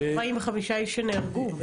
יש 45 איש שנהרגו.